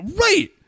Right